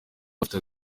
bafite